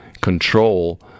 control